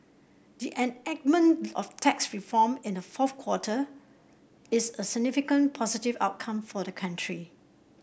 the enactment of tax reform in the fourth quarter is a significant positive outcome for the country